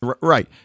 Right